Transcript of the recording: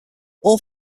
all